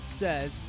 says